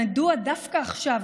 מדוע דווקא עכשיו,